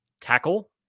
tackle